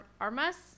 Armas